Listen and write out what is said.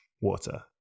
water